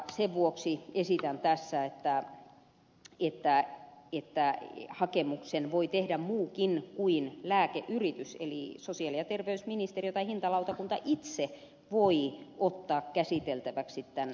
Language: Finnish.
sen vuoksi esitän tässä että hakemuksen voi tehdä muukin kuin lääkeyritys eli sosiaali ja terveysministeriö tai hintalautakunta itse voi ottaa käsiteltäväksi tämän korvattavuuden